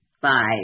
Five